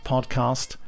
podcast